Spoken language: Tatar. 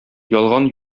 ялган